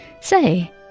Say